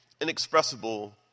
inexpressible